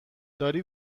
داری